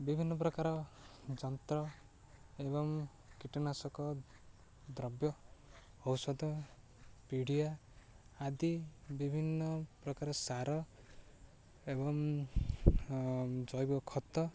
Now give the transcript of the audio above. ବିଭିନ୍ନ ପ୍ରକାର ଯନ୍ତ୍ର ଏବଂ କୀଟନାଶକ ଦ୍ରବ୍ୟ ଔଷଧ ପିଡ଼ିଆ ଆଦି ବିଭିନ୍ନ ପ୍ରକାର ସାର ଏବଂ ଜୈବ ଖତ